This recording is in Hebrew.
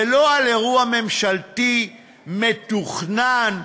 ולא אירוע ממשלתי מתוכנן,